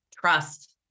trust